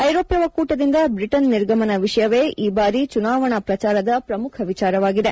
ಐರೋಪ್ನ ಒಕ್ಕೂ ಟದಿಂದ ಬ್ರಿಟನ್ ನಿರ್ಗಮನ ವಿಷಯವೇ ಈ ಬಾರಿ ಚುನಾವಣಾ ಪ್ರಚಾರದ ಪ್ರಮುಖ ವಿಚಾರವಾಗಿದೆ